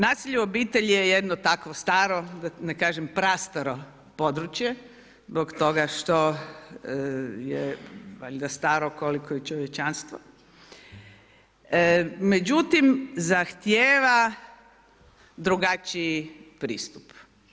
Nasilje u obitelji je jedno tako staro da ne kažem prastaro područje zbog toga je valjda staro koliko i čovječanstvo, međutim zahtijeva drugačiji pristup.